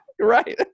Right